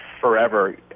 forever